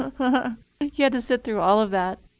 and you had to sit through all of that.